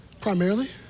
primarily